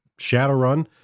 Shadowrun